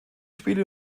spiele